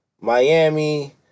Miami